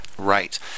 Right